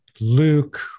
Luke